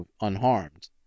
unharmed